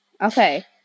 Okay